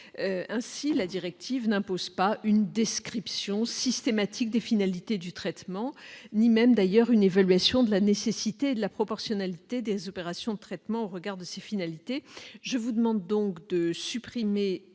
Ainsi, la directive n'impose pas une description systématique des finalités du traitement, ni une évaluation de la nécessité et de la proportionnalité des opérations de traitement au regard de ces finalités.